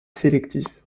sélectif